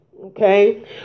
Okay